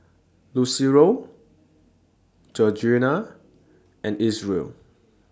Lucero Georgiana and Isreal